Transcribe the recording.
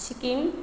Sikkim